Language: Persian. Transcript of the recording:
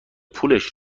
پولش